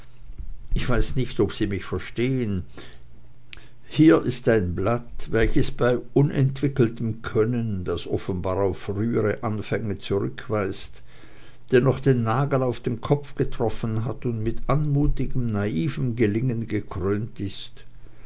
ich weiß nicht ob sie mich verstehen hier ist ein blatt welches bei unentwickeltem können das offenbar auf frühere anfänge zurückweist dennoch den nagel auf den kopf getroffen hat und mit anmutigem naivem gelingen gekrönt ist